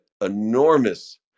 enormous